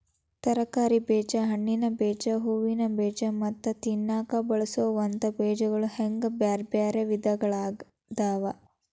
ತರಕಾರಿ ಬೇಜ, ಹಣ್ಣಿನ ಬೇಜ, ಹೂವಿನ ಬೇಜ ಮತ್ತ ತಿನ್ನಾಕ ಬಳಸೋವಂತ ಬೇಜಗಳು ಹಿಂಗ್ ಬ್ಯಾರ್ಬ್ಯಾರೇ ವಿಧಗಳಾದವ